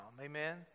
Amen